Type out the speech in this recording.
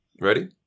Ready